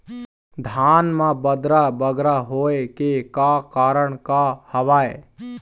धान म बदरा बगरा होय के का कारण का हवए?